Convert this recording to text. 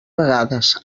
vegades